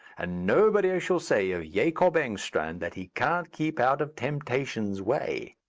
and nobody shall say of jacob engstrand that he can't keep out of temptation's way.